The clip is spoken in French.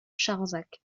charensac